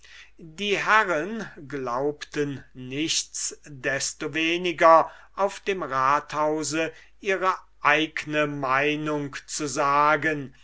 die herren glaubten nichts destoweniger auf dem rathause ihre eigne meinung zu sagen